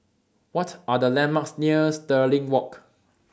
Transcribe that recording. What Are The landmarks near Stirling Walk